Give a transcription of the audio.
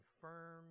firm